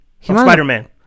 Spider-Man